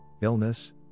illness